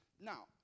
Now